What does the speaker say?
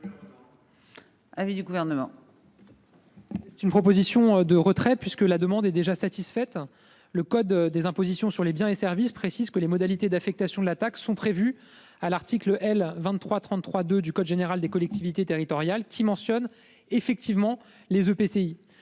C'est une proposition de retrait puisque la demande est déjà satisfaite. Le code des impositions sur les biens et services, précise que les modalités d'affectation de l'attaque sont prévues à l'article L. 23 33 2 du code général des collectivités territoriales qui mentionne effectivement les EPCI